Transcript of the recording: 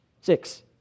Six